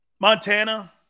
Montana